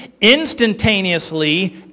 instantaneously